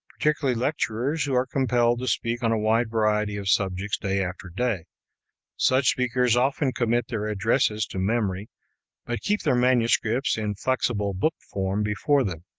particularly lecturers who are compelled to speak on a wide variety of subjects day after day such speakers often commit their addresses to memory but keep their manuscripts in flexible book form before them,